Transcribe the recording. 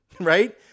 Right